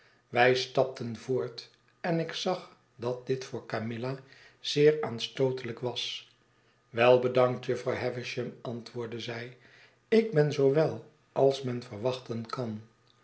wij stapten voort en ik zag dat dit voor camilla zeer aanstootelijk was wei bedankt jufvrouw havisham antwoordde zij ik ben zoo wel als men verwachten kan